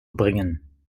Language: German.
bringen